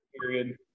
period